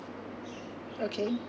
okay